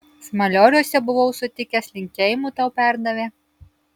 smalioriuose buvau sutikęs linkėjimų tau perdavė